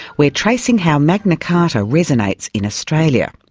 we are tracing how magna carta resonates in australia.